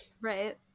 Right